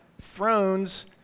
thrones